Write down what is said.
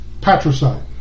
patricide